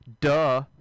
duh